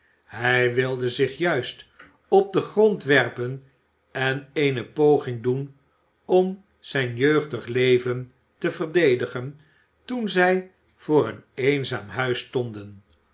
hij wilde zich juist op den i grond werpen en eene poging doen om zijn jeugdig leven te verdedigen toen zij voor een eenzaam huis stonden